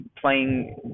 playing